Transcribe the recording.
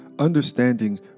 Understanding